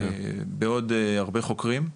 בעוד הרבה חוקרים.